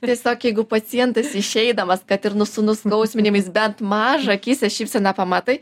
tiesiog jeigu pacientas išeidamas kad ir nu su nuskausminimais bent mažą akyse šypseną pamatai